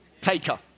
taker